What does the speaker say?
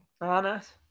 Honest